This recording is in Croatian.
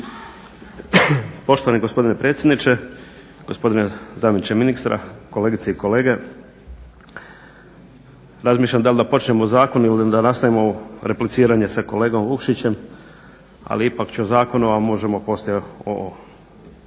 Poštovani gospodine predsjedniče, gospodine zamjeniče ministra, kolegice i kolege. Razmišljam da li da počnem o zakonu ili da nastavim ovo repliciranje sa kolegom Vukšićem, ali ipak ću o zakonu, a možemo poslije